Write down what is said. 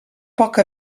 poca